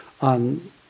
on